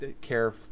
care